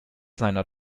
seiner